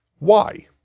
why?